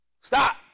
stop